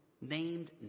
named